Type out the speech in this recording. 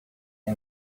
air